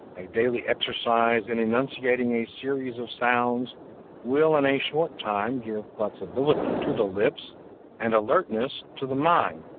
a daily exercise in enunciating a series of sounds will in a short time give flexibility to the lips and alertness to the mind,